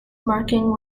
marking